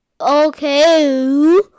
okay